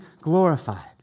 glorified